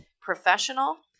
professional